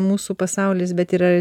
mūsų pasaulis bet yra